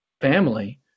family